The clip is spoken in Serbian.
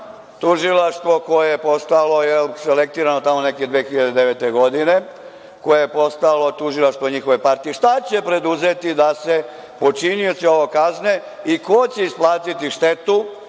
tužilaštvo koje je postalo selektirano tamo neke 2009. godine, koje je postalo tužilaštvo njihove partije, preduzeti da se počinioci kazne i ko će isplatiti štetu,